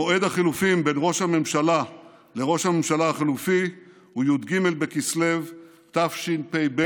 מועד החילופים בין ראש הממשלה לראש הממשלה החילופי הוא י"ג בכסלו תשפ"ב,